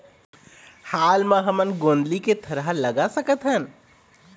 हाल मा हमन गोंदली के थरहा लगा सकतहन?